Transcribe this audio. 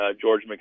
george